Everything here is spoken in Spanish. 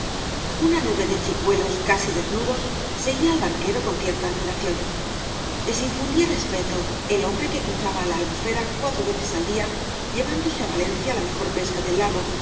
una nube de chicuelos casi desnudos seguía al barquero con cierta admiración les infundía respeto el hombre que cruzaba la albufera cuatro veces al día llevándose á valencia la mejor pesca del lago